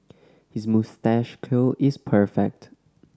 his moustache curl is perfect